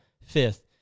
fifth